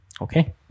Okay